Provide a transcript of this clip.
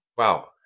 Wow